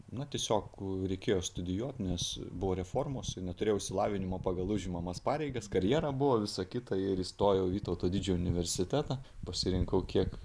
na tiesiog reikėjo studijuot nes buvo reformos ir neturėjau išsilavinimo pagal užimamas pareigas karjera buvo visa kitą ir įstojau į vytauto didžiojo universitetą pasirinkau kiek